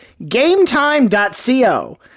gametime.co